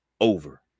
over